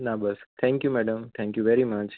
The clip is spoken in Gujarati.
ના બસ thank you madam thank you very much